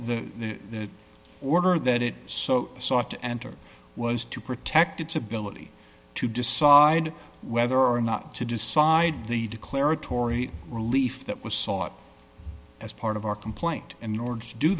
the order that it so sought to enter was to protect its ability to decide whether or not to decide the declaratory relief that was sought as part of our complaint and in order to do